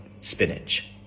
spinach